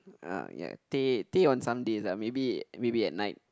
uh ya day day on Sundays ah maybe maybe at night